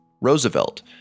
Roosevelt